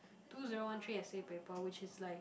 two zero one three essay paper which is like